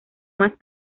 más